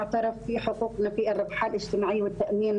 גם אנחנו מתמודדות עם קשיים לגבי רישום הילדים